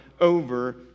over